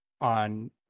on